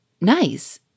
Nice